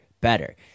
better